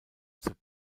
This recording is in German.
zur